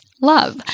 love